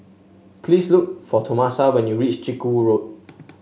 please look for Tomasa when you reach Chiku Road